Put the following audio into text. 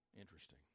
Interesting